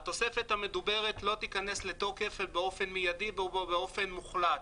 התוספת המדוברת לא תיכנס לתוקף באופן מיידי ובאופן מוחלט.